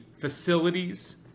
facilities